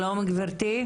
שלום לך גברתי.